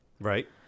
Right